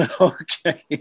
Okay